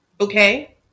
okay